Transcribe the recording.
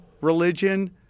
religion